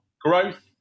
growth